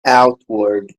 outward